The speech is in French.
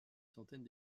centaine